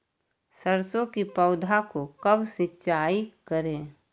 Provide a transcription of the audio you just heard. सरसों की पौधा को कब सिंचाई करे?